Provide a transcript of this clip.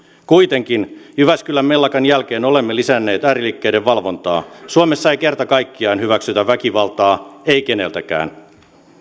kuitenkin jyväskylän mellakan jälkeen olemme lisänneet ääriliikkeiden valvontaa suomessa ei kerta kaikkiaan hyväksytä väkivaltaa ei keneltäkään